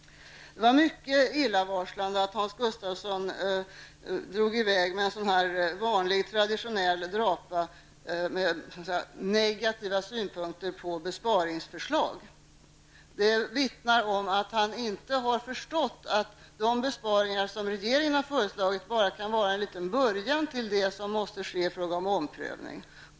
Det var mycket illavarslande att Hans Gustafsson drog i väg med en sådan här traditionell drapa med negativa synpunkter på besparingsförslag. Det vittnar om att han inte har förstått att de besparingar som regeringen har föreslagit bara kan vara en liten början till det som måste ske i fråga om omprövning.